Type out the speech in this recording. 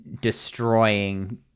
destroying